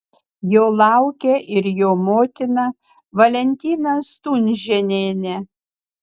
jo laukia ir jo motina valentina stunžėnienė